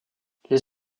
les